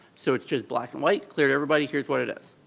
so it's just black and white, clear to everybody, here's what it is.